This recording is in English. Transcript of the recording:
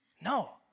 No